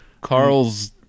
Carl's